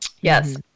Yes